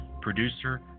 producer